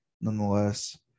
nonetheless